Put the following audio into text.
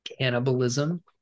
cannibalism